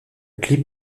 clip